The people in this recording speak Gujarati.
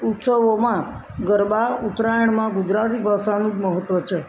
ઉત્સવોમાં ગરબા ઉતરાયણમાં ગુજરાતી ભાસાનું મહત્વ છે